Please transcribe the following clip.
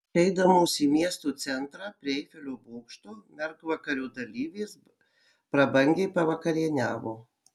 prieš išeidamos į miesto centrą prie eifelio bokšto mergvakario dalyvės prabangiai pavakarieniavo